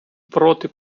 проти